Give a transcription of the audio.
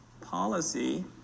policy